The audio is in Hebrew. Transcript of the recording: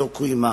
לא קוימה.